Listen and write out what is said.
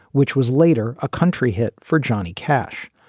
which was later a country hit for johnny cash.